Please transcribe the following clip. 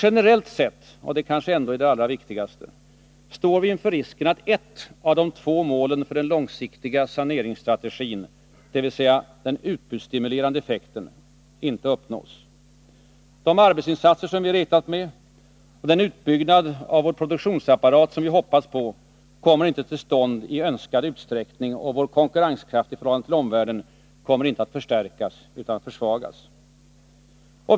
Generellt sett — och det är kanske det allra viktigaste — står vi inför risken att ett av de två målen för den långsiktiga saneringsstrategin, dvs. den utbudsstimulerande effekten, inte uppnås. De arbetsinsatser som vi har räknat med och den utbyggnad av vår produktionsapparat som vi har hoppats på kommer inte till stånd i önskad utsträckning. Vår konkurrenskraft i förhållande till omvärlden kommer inte att förstärkas utan försvagas.